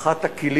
שאחד הכלים